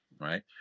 right